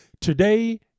Today